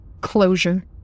closure